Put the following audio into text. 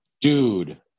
dude